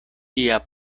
lia